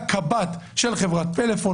מגיע הקב"ט של פלאפון,